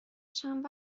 چند